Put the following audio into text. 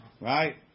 Right